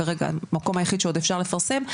כרגע המקום היחיד שעוד אפשר לפרסם,